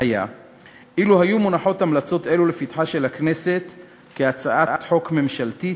היה אילו היו מונחות המלצות אלו לפתחה של הכנסת כהצעת חוק ממשלתית,